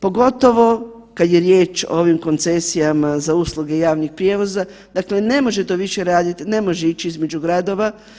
Pogotovo kad je riječ ovim koncesijama za usluge javnih prijevoza, dakle ne može to više raditi, ne može ići između gradova.